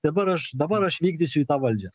dabar aš dabar aš vykdysiu į tą valdžią